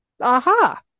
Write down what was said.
aha